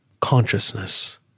consciousness